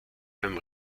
beim